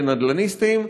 לנדל"ניסטים,